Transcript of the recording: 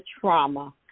trauma